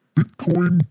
Bitcoin